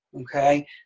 Okay